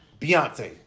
Beyonce